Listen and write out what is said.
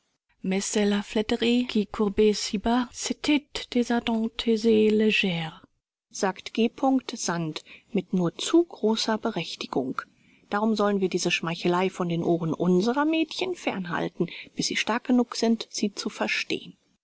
sagt g sand mit nur zu großer berechtigung darum sollen wir diese schmeichelei von den ohren unserer mädchen fern halten bis sie stark genug sind sie zu verstehen